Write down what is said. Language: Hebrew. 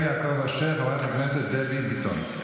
אחרי יעקב אשר, חברת הכנסת דבי ביטון.